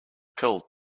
pill